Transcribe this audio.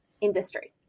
industry